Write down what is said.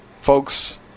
folks